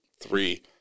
Three